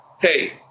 hey